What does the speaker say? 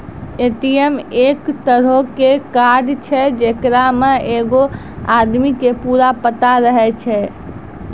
ATM एक तरहो के कार्ड छै जेकरा मे एगो आदमी के पूरा पता रहै छै